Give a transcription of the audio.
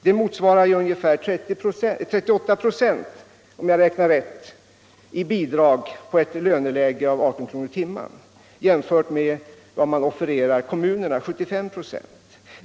Det motsvarar, om jag räknar rätt, ungefär 40 96 i bidrag i ett löneläge på 18 kr. i timmen jämfört med vad man offererar kommunerna, 75 96.